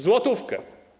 Złotówkę.